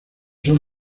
son